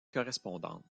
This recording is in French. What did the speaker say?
correspondante